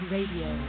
Radio